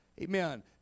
Amen